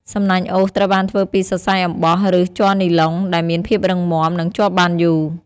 សំណាញ់អូស ត្រូវបានធ្វើពីសរសៃអំបោះ ឬជ័រនីឡុង ដែលមានភាពរឹងមាំ និងជាប់បានយូរ។